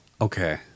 Okay